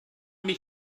mich